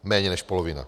Méně než polovina.